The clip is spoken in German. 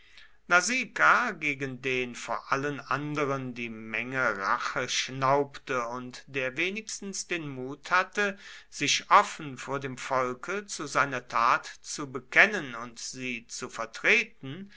gegen den vor allen anderen die menge rache schnaubte und der wenigstens den mut hatte sich offen vor dem volke zu seiner tat zu bekennen und sie zu vertreten